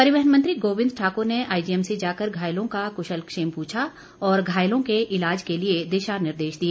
परिवहन मंत्री गोबिंद ठाकुर ने आईजीएमसी जाकर घायलों का क्शल क्षेम पूछा और घायलों के इलाज के लिए दिशा निर्देश दिए